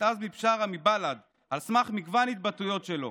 עזמי בשארה מבל"ד על סמך מגוון התבטאויות שלו.